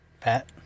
Pat